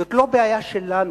זאת לא בעיה שלנו.